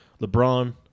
LeBron